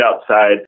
outside